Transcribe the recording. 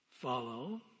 follow